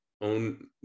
own